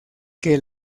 que